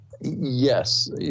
Yes